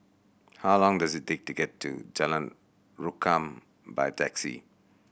how long does it take to get to Jalan Rukam by taxi